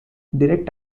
direct